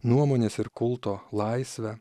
nuomonės ir kulto laisvę